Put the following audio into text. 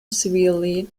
severely